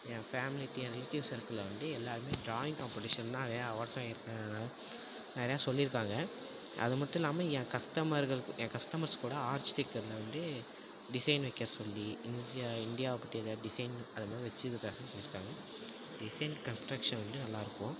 ஏன் ஃபேம்லிக்கு ஏன் ரிலேட்டிவ் சர்க்கிளில் வந்து எல்லாருமே ட்ராயிங் காம்பெட்டிஷன்னாகவே அவார்ட்ஸ் வருஷம் நிறையா சொல்லிருக்காங்க அது மட்டும் இல்லாமல் ஏன் கஸ்டமர்கள் ஏன் கஸ்டமர்ஸ் கூட ஆட் ஸ்டிக்கரில் வந்து டிசைன் வைக்க சொல்லி இந்தியா இந்தியாவை பற்றி எதா டிசைன் அது மாதிரி வச்சி தர சொல்லிருக்காங்க டிசைன் கன்ஸ்ட்ரக்ஷன் வந்து நல்லா இருக்கும்